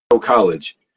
college